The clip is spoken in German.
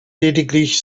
lediglich